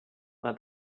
let